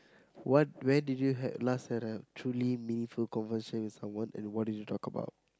what where did you had last had a truly meaningful conversation with someone and what did you talk about